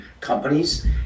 companies